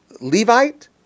Levite